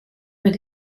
mit